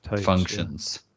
functions